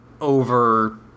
over